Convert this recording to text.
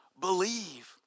believe